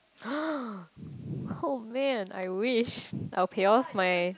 [ho] man I wish I will pay off my